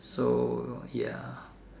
so ya